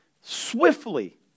swiftly